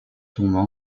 tombent